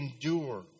endure